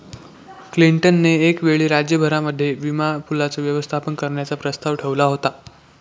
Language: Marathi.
क्लिंटन ने एक वेळी राज्य भरामध्ये विमा पूलाचं व्यवस्थापन करण्याचा प्रस्ताव ठेवला होता